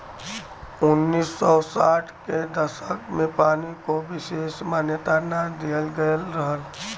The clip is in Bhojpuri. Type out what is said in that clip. उन्नीस सौ साठ के दसक में पानी को विसेस मान्यता ना दिहल गयल रहल